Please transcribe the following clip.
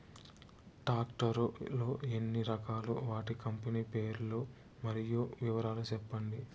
Tractor లు ఎన్ని రకాలు? వాటి కంపెని పేర్లు మరియు వివరాలు సెప్పండి?